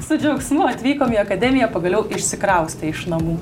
su džiaugsmu atvykom į akademiją pagaliau išsikraustę iš namų